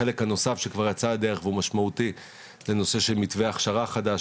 החלק הנוסף שכבר יצא לדרך והוא משמעותי זה הנושא של מתווה הכשרה חדש,